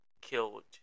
killed